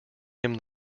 him